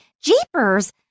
Jeepers